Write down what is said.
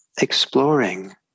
exploring